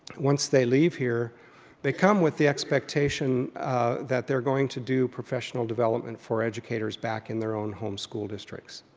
once they leave here they come with the expectation that they're going to do professional development for educators back in their own home school districts.